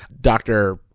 doctor